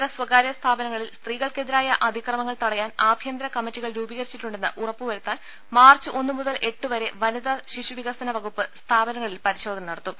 ഇതര സ്വകാര്യ സ്ഥാപനങ്ങളിൽ സ്ത്രീകൾക്കെ തിരായ അതിക്രമങ്ങൾ തടയാൻ ആഭ്യന്തര കമ്മറ്റികൾ രൂപീകരിച്ചിട്ടു ണ്ടെന്ന് ഉറപ്പുവരുത്താൻ മാർച്ച് ഒന്നു മുതൽ എട്ട് വരെ വനിതാ ശിശു വികസന വകുപ്പ് സ്ഥാപനങ്ങളിൽ പരിശോധന നടത്തും